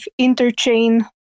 interchain